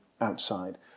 outside